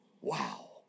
Wow